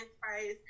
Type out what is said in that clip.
price